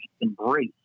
embrace